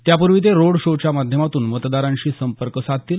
त्यापूर्वी ते रोड शोच्या माध्यमातून मतदारांशी संपर्क साधतील